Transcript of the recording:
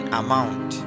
amount